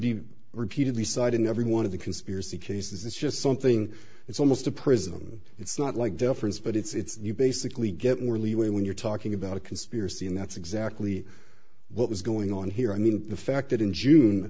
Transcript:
be repeatedly side in every one of the conspiracy cases it's just something it's almost a prison it's not like deference but it's you basically get more leeway when you're talking about a conspiracy and that's exactly what was going on here i mean the fact that in june